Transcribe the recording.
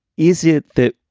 is it that.